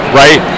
right